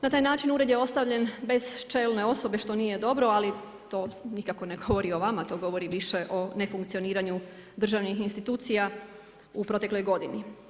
Na taj način ured je ostavljen bez čelne osobe što nije dobro ali to nikako ne govori o vama, to govori više o nefunkcioniranju državnih institucija u protekloj godini.